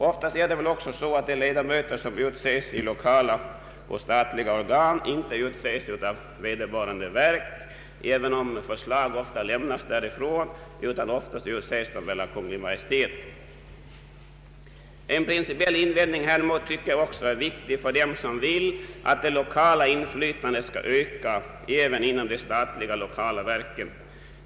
Oftast är det väl så att ledamöterna i lokala och statliga organ inte utses av vederbörande verk, även om förslag lämnas därifrån, utan i allmänhet utses dessa av Kungl. Maj:t. En principiell invändning häremot tycker jag är viktig för dem som vill att det lokala inflytandet skall öka även inom de statliga lokala verken.